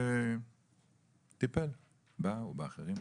וטיפל בה ובאחרים.